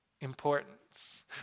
importance